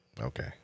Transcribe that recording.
Okay